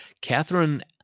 Catherine